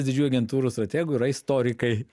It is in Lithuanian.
didžiųjų agentūrų strategų yra istorikai